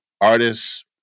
artists